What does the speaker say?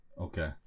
Okay